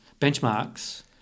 benchmarks